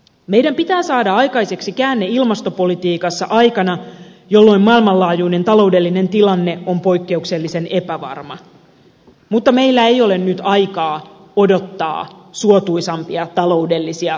meidän pitää saada aikaiseksi käänne ilmastopolitiikassa aikana jolloin maailmanlaajuinen taloudellinen tilanne on poikkeuksellisen epävarma mutta meillä ei ole nyt aikaa odottaa suotuisampia taloudellisia suhdanteita